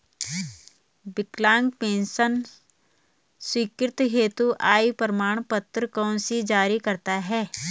विकलांग पेंशन स्वीकृति हेतु आय प्रमाण पत्र कौन जारी करता है?